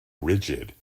rigid